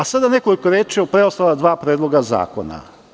Sada nekoliko reči o preostala dva Predloga zakona.